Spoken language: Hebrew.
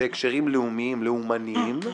בהקשרים לאומיים, לאומניים,